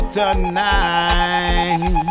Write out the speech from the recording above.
tonight